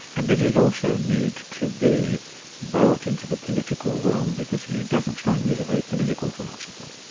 and does it also need to be brought into the political realm, because he doesn't strike me as a very political philosopher.